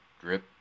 drip